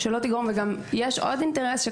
יש עוד אינטרס.